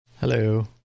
Hello